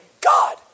God